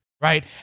right